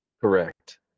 Correct